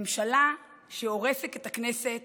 ממשלה שהורסת את הכנסת